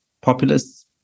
populists